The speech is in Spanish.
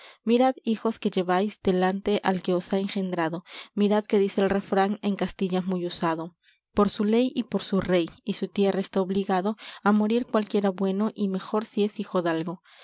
mirad hijos que lleváis delante al que os ha engendrado mirad que dice el refrán en castilla muy usado por su ley y por su rey y su tierra está obligado á morir cualquiera bueno y mejor si es hijodalgo